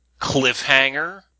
Cliffhanger